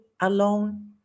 alone